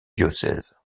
diocèse